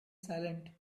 silent